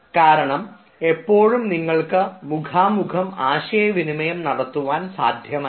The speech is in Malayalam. കാരണം എപ്പോഴും നിങ്ങൾക്ക് മുഖാമുഖം ആശയവിനിമയം നടത്തുവാൻ സാധ്യമല്ല